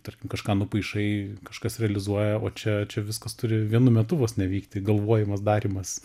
tarkim kažką nupaišai kažkas realizuoja o čia čia viskas turi vienu metu vos ne vykti galvojimas darymas